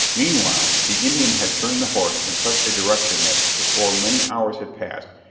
meanwhile the indian had turned the horse in such a direction that, before many hours had passed,